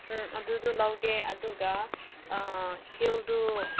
ꯎꯝ ꯑꯗꯨꯗꯣ ꯂꯧꯒꯦ ꯑꯗꯨꯒ ꯍꯤꯜꯗꯣ